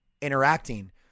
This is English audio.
interacting